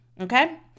Okay